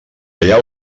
allà